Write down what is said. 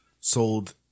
sold